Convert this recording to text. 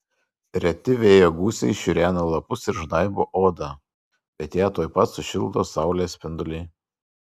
reti vėjo gūsiai šiurena lapus ir žnaibo odą bet ją tuoj pat sušildo saulės spinduliai